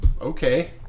okay